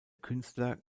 künstler